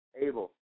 able